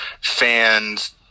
fans